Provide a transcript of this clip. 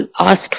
asked